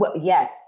Yes